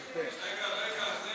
רגע,